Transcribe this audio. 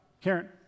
Karen